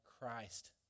Christ